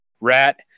rat